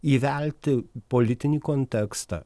įvelti politinį kontekstą